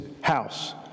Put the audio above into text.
house